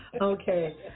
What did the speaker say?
Okay